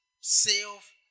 self